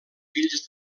fills